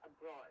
abroad